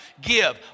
give